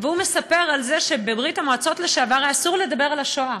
והוא מספר שבברית המועצות לשעבר היה אסור לדבר על השואה.